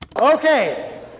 Okay